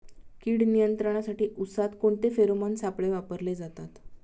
कीड नियंत्रणासाठी उसात कोणते फेरोमोन सापळे वापरले जातात?